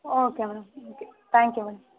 okay madam okay thank you madam